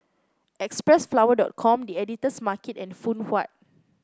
Xpressflower dot com The Editor's Market and Phoon Huat